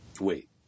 Wait